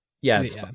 Yes